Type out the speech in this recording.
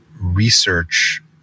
research